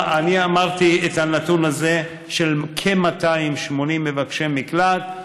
אמרתי את הנתון הזה של כ-280 מבקשי מקלט,